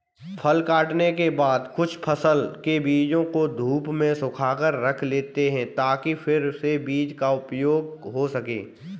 फसल काटने के बाद कुछ फसल के बीजों को धूप में सुखाकर रख लेते हैं ताकि फिर से बीज का उपयोग हो सकें